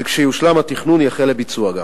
וכשיושלם התכנון יחל גם הביצוע,